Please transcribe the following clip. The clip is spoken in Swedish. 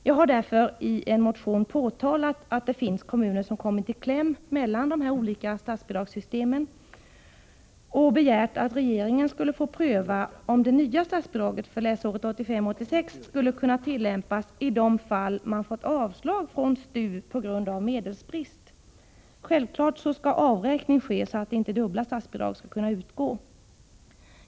Jag har i en motion påtalat att det finns kommuner som kommit i kläm mellan de olika statsbidragssystemen och begärt att regeringen skall pröva om det nya statsbidraget för läsåret 1985/86 skulle kunna utgå i de fall kommunerna fått avslag av STU på grund av medelsbrist. Självfallet skall avräkning ske, så att inte dubbla statsbidrag kan utgå.